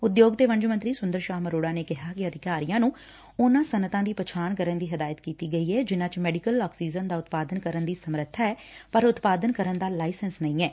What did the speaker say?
ਉਦਯੋਗ ਤੇ ਵਣਜ ਮੰਤਰੀ ਸੂੰਦਰ ਸ਼ਾਮ ਅਰੋੜਾ ਨੇ ਕਿਹਾ ਕਿ ਅਧਿਕਾਰੀਆਂ ਨੂੰ ਉਨਾਂ ਸਨੱਅਤਾਂ ਦੀ ਪਛਾਣ ਕਰਨ ਦੀ ਹਦਾਇਤ ਕੀਤੀ ਗਈ ਐ ਜਿਨੂਾ ਚ ਮੈਡੀਕਲ ਆਕਸੀਜਨ ਦਾ ਉਤਪਾਦਨ ਕਰਨ ਦੀ ਸਮਰੱਬਾ ਐ ਪਰ ਉਤਪਾਦਨ ਕਰਨ ਦਾ ਲਾਇਸੈਂਸ ਨਹੀਂ ਐ